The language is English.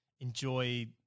enjoy